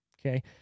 okay